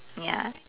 ya